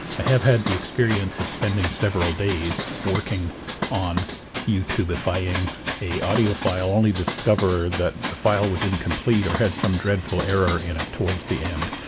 i have had the experience of spending several days working on youtubifying a audio file only to discover that the file was incomplete or had some dreadful error in it towards the end.